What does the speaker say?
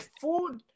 food